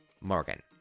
Morgan